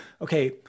okay